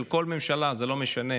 של כל ממשלה, זה לא משנה.